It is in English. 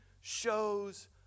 shows